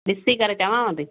ॾिसी करे चवांव थी